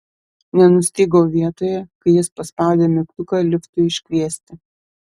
nenustygau vietoje kai jis paspaudė mygtuką liftui iškviesti